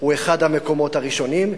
הוא אחד המקומות הראשונים,